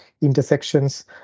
intersections